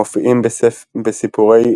המופיעים בסיפורי